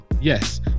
Yes